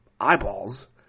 eyeballs